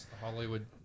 Hollywood